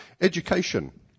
Education